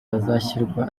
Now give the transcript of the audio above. hazashyirwa